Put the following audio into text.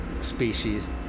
species